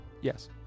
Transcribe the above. Yes